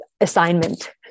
assignment